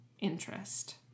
interest